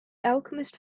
alchemist